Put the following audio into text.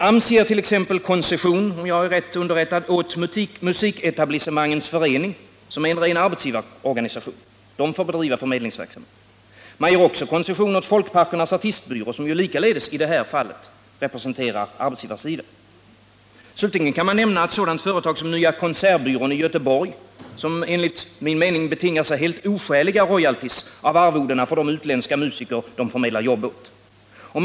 AMS ger t.ex., om jag är riktigt underrättad, koncession åt Musiketablissementens förening, som är en ren arbetsgivarorganisation, att bedriva förmedlingsverksamhet. Man ger också koncession åt folkparkernas artistbyrå, som likaledes i detta fall representerar arbetsgivarsidan. Slutligen kan man nämna ett sådant företag som Nya koncertbyrån i Göteborg, som enligt min mening betingar sig helt oskäliga royalties av arvodena till de utländska musiker som de förmedlar jobb åt.